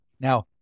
Now